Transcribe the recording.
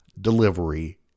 delivery